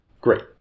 Great